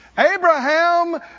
Abraham